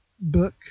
book